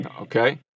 Okay